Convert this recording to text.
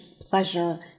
pleasure